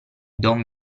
don